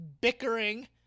bickering